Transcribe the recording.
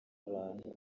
abantu